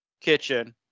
kitchen